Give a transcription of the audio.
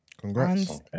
Congrats